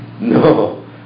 No